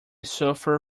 suffer